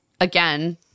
again